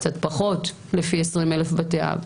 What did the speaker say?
לפי 20,000 בתי אב.